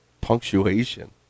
punctuation